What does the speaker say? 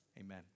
amen